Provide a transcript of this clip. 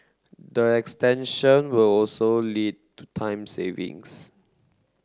the extension will also lead to time savings